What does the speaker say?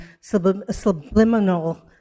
subliminal